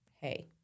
hey